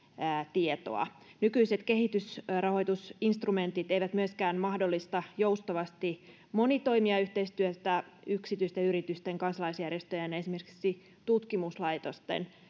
tietoa nykyiset kehitysrahoitusinstrumentit eivät myöskään mahdollista joustavasti monitoimijayhteistyötä yksityisten yritysten kansalaisjärjestöjen ja esimerkiksi tutkimuslaitosten